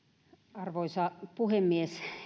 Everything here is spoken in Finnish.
arvoisa puhemies